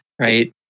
right